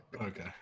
Okay